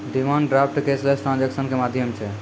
demand draft cashless transaction के माध्यम छै